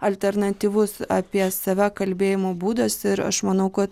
alternatyvus apie save kalbėjimo būdas ir aš manau kad